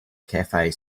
cafe